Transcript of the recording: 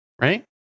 Right